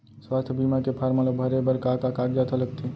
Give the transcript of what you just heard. स्वास्थ्य बीमा के फॉर्म ल भरे बर का का कागजात ह लगथे?